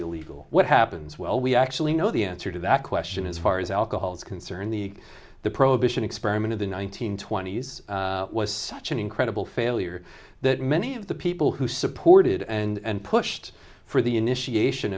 illegal what happens well we actually know the answer to that question as far as alcohol is concerned the the prohibition experiment of the one nine hundred twenty s was such an incredible failure that many of the people who supported and pushed for the initiation